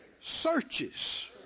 Searches